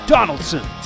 Donaldson